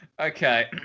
Okay